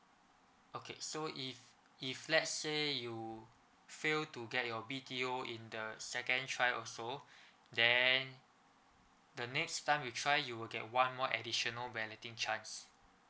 okay so if if let's say you fail to get your B_T_O in the second try also then the next time you try you will get one more additional balloting chance